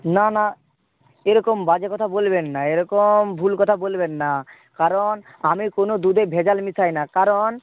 না না এরকম বাজে কথা বলবেন না এরকম ভুল কথা বলবেন না কারণ আমি কোনো দুধে ভেজাল মেশাই না কারণ